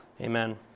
Amen